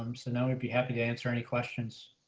um so now if you happy to answer any questions.